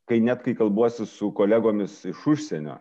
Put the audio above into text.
kai net kai kalbuosi su kolegomis iš užsienio